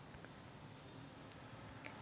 बँकेतून किस्त भरता येईन का?